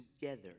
together